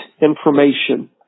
information